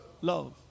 Love